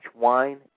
Wine